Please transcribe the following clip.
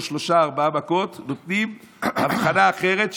כל שלוש-ארבע מכות נותנים הבחנה אחרת,